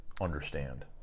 understand